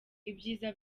ibyiza